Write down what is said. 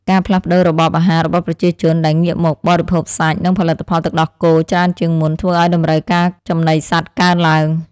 ការផ្លាស់ប្តូររបបអាហាររបស់ប្រជាជនដែលងាកមកបរិភោគសាច់ និងផលិតផលទឹកដោះគោច្រើនជាងមុនធ្វើឱ្យតម្រូវការចំណីសត្វកើនឡើង។